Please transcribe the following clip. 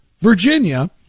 Virginia